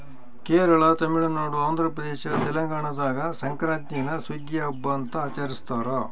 ಕೇರಳ ತಮಿಳುನಾಡು ಆಂಧ್ರಪ್ರದೇಶ ತೆಲಂಗಾಣದಾಗ ಸಂಕ್ರಾಂತೀನ ಸುಗ್ಗಿಯ ಹಬ್ಬ ಅಂತ ಆಚರಿಸ್ತಾರ